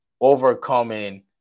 Overcoming